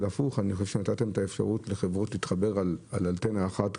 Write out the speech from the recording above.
אני חושב שנתתם את האפשרות לחברות להתחבר על אנטנה אחת.